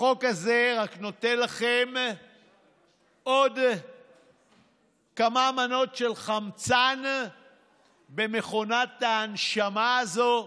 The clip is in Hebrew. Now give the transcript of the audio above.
החוק הזה רק נותן לכם עוד כמה מנות של חמצן במכונת ההנשמה הזאת,